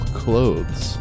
clothes